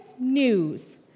news